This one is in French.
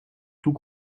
tout